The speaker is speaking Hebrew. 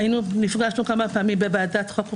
נפגשנו כמה פעמים בוועדת חוקה,